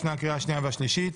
לפני הקריאה השנייה והשלישית: